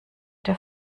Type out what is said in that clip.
der